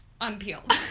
unpeeled